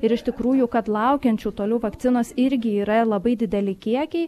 ir iš tikrųjų kad laukiančių toliau vakcinos irgi yra ir labai dideli kiekiai